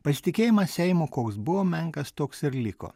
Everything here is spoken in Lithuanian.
pasitikėjimas seimu koks buvo menkas toks ir liko